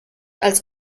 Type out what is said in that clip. als